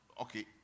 Okay